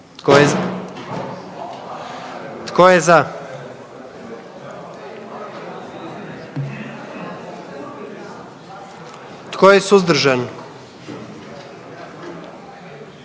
Tko je za? Tko je suzdržan?